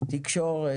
תקשורת,